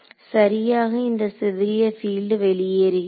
சரியாக இந்த சிதறிய பீல்ட் வெளியேறுகிறது